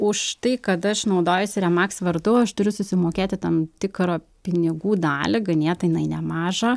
už tai kad aš naudojuosi remaks vardu aš turiu susimokėti tam tikrą pinigų dalį ganėtinai nemažą